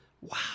Wow